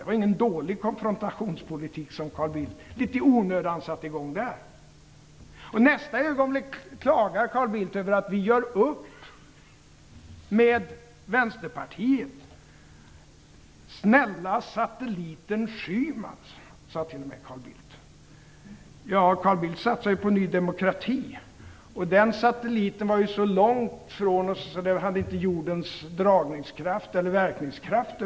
Det var ingen dålig konfrontationspolitik som Carl Bildt litet i onödan satte i gång där. I nästa ögonblick klagar Carl Bildt över att vi gör upp med Vänsterpartiet. "Snälla satelliten Schyman", sade Carl Bildt t.o.m. Carl Bildt satsade ju på Ny demokrati. Den satelliten var så långt ifrån oss att jorden över huvud taget inte hade någon dragningskraft.